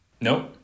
Nope